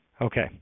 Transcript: Okay